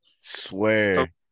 Swear